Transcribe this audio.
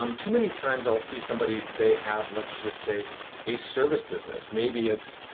um too many times i'll see somebody, they have, let's just say a service business. maybe it's